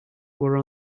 were